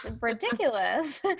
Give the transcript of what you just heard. ridiculous